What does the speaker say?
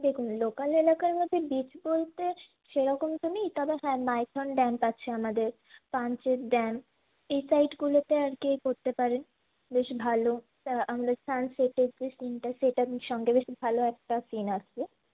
দেখুন লোকাল এলাকার মধ্যে বীচ বলতে সেরকম তো নেই তবে হ্যাঁ মাইথন ড্যাম আছে আমাদের পাঞ্চেৎ ড্যাম এই সাইটগুলোতে আর কী করতে পারেন বেশ ভালো আমাদের সানসেটের যে সীনটা সেটার সঙ্গে বেশ ভালো একটা সীন আসবে